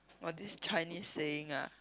what this Chinese saying ah